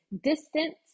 Distance